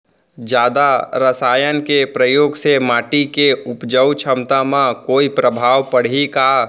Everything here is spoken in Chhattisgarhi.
जादा रसायन के प्रयोग से माटी के उपजाऊ क्षमता म कोई प्रभाव पड़ही का?